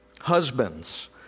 Husbands